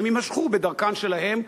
הן יימשכו בדרכן שלהן,